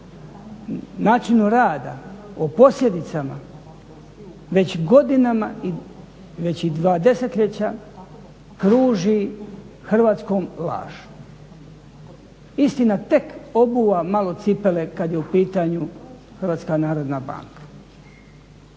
načinu rada o posljedicama već godinama već dva desetljeća kruži Hrvatskom laž. Istina tek obuva malo cipele kada je u pitanju HNB. Koliko